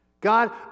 God